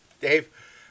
Dave